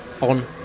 on